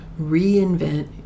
reinvent